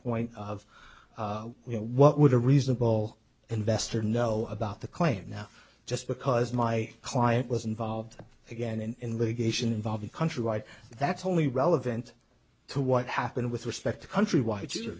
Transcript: point of what would a reasonable investor know about the client now just because my client was involved again in litigation involving countrywide that's only relevant to what happened with respect to countrywide